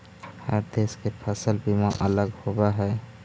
हर देश के फसल बीमा अलग होवऽ हइ